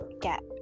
get